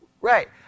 Right